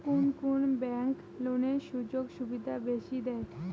কুন কুন ব্যাংক লোনের সুযোগ সুবিধা বেশি দেয়?